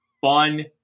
fun